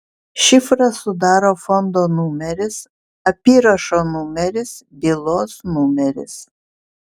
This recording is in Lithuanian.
šifrą sudaro fondo numeris apyrašo numeris bylos numeris